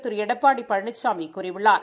திரு எடப்பாடி பழனிசாமி கூறியுள்ளார்